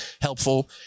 helpful